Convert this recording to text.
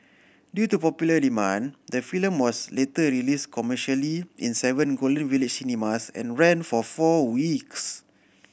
due to popular demand the film was later released commercially in seven Golden Village cinemas and ran for four weeks